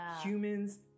humans